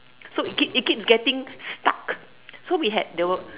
so it keeps it keeps getting stuck so we had the